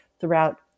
throughout